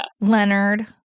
Leonard